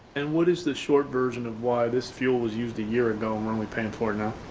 and what is the short version of why this fuel was used a year ago and we're only paying for it now?